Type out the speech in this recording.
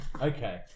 Okay